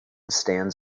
stands